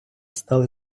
стали